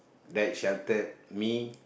that sheltered me